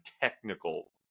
technical